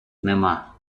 нема